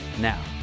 Now